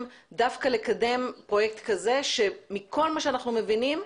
דווקא לקדם פרויקט כזה שמכל מה שאנחנו מבינים,